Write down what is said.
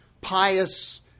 pious